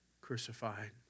crucified